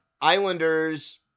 Islanders